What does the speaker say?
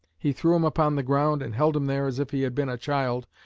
he threw him upon the ground, and held him there as if he had been a child,